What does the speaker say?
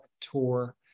tour